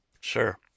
sure